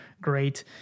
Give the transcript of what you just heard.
great